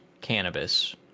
cannabis